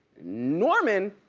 norman,